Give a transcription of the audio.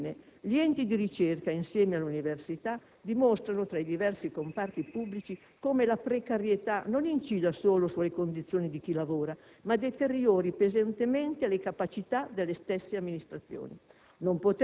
Infine, gli enti di ricerca, insieme all'università, dimostrano, tra i diversi comparti pubblici, come la precarietà non incida solo sulle condizioni di chi lavora, ma deteriori pesantemente le capacità delle stesse amministrazioni.